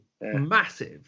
massive